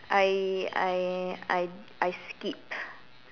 I I I I skip